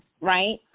right